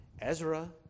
Ezra